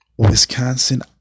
Wisconsin